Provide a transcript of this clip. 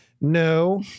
No